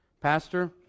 Pastor